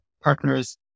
partners